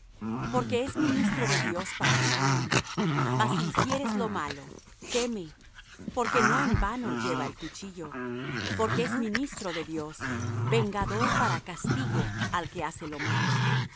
porque es ministro de dios para tu bien mas si hicieres lo malo teme porque no en vano lleva el cuchillo porque es ministro de dios vengador para castigo al que hace lo malo